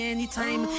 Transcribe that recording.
Anytime